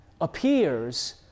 appears